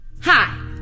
hi